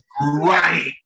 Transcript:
right